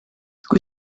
kui